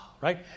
right